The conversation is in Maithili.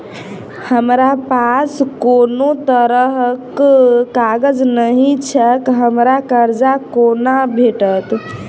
हमरा पास कोनो तरहक कागज नहि छैक हमरा कर्जा कोना भेटत?